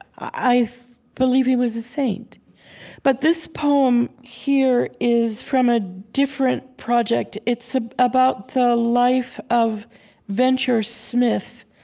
i believe he was a saint but this poem here is from a different project. it's ah about the life of venture smith,